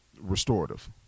restorative